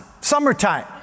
summertime